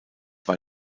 war